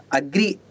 agree